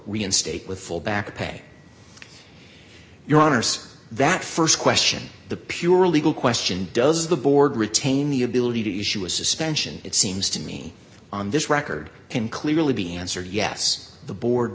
reinstate with full back pay your honors that st question the pure legal question does the board retain the ability to issue a suspension it seems to me on this record can clearly be answered yes the board